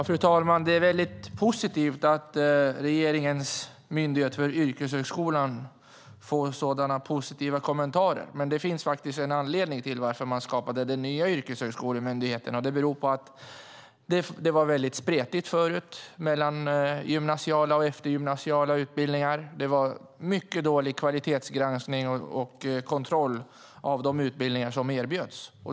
Fru talman! Det är väldigt positivt att regeringens myndighet för yrkeshögskolan får sådana positiva kommentarer. Det finns en anledning till varför man skapade den nya yrkeshögskolemyndigheten. Det var väldigt spretigt förut mellan gymnasiala och eftergymnasiala utbildningar. Det var mycket dålig kvalitetsgranskning och kontroll av de utbildningar som erbjöds.